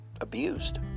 abused